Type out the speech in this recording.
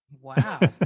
Wow